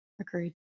Agreed